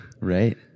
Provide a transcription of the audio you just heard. right